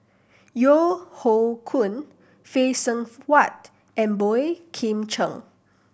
Yeo Hoe Koon Phay Seng Whatt and Boey Kim Cheng